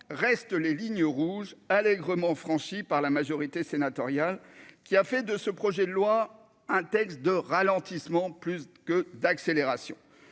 reste les lignes rouges allègrement franchi par la majorité sénatoriale qui a fait de ce projet de loi, un texte de ralentissement plus que d'accélération,